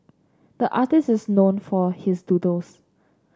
the artist is known for his doodles